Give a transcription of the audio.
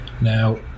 now